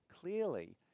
clearly